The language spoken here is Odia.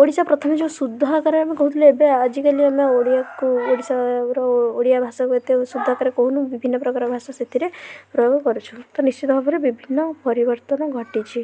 ଓଡ଼ିଶା ପ୍ରଥମେ ଯେଉଁ ଶୁଦ୍ଧ ଆକାରରେ ଆମେ କହୁଥିଲେ ଏବେ ଆଜିକାଲି ଆମେ ଓଡ଼ିଆକୁ ଓଡ଼ିଶାର ଓଡ଼ିଆ ଭାଷାକୁ ଏତେ ଶୁଦ୍ଧ ଆକାରରେ କହୁନୁ ବିଭିନ୍ନ ପ୍ରକାର ଭାଷା ସେଥିରେ ପ୍ରୟୋଗ କରୁଛୁ ତ ନିଶ୍ଚିନ୍ତ ଭାବରେ ବିଭିନ୍ନ ପରିବର୍ତ୍ତନ ଘଟିଛି